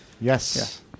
Yes